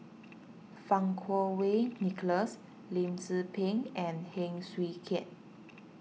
Fang Kuo Wei Nicholas Lim Tze Peng and Heng Swee Keat